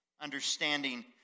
understanding